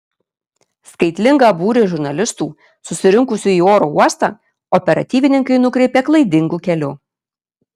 skaitlingą būrį žurnalistų susirinkusių į oro uostą operatyvininkai nukreipė klaidingu keliu